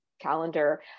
calendar